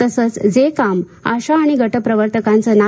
तसेच जे काम आशा आणि गटप्रवर्तकांचे नाही